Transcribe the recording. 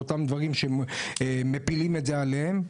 באותם דברים שמפילים עליהם.